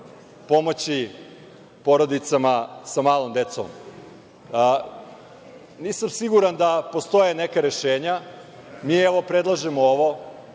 pomoći porodicama sa malom decom. Nisam siguran da postoje neka rešenja. Mi predlažemo ovo.